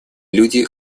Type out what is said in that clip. люди